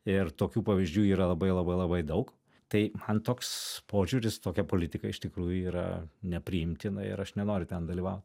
ir tokių pavyzdžių yra labai labai labai daug tai man toks požiūris tokia politika iš tikrųjų yra nepriimtina ir aš nenoriu ten dalyvaut